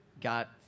got